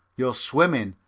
you're swimming,